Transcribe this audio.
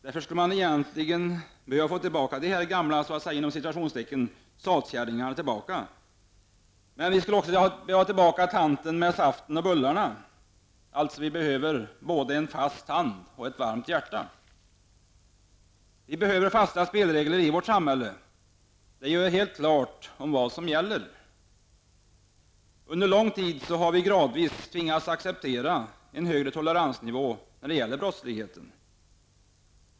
Därför skulle vi egentligen behöva få tillbaka de gamla ''satkärringarna''. Men vi skulle också behöva få tillbaka tanten med saften och bullarna. Vi behöver alltså både en fast hand och ett varmt hjärta. Vi behöver fasta spelregler i vårt samhälle där vi gör helt klart vad som gäller. Under lång tid har vi gradvis tvingats acceptera en högre toleransnivå när det gäller brottsligheten.